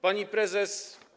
Pani Prezes!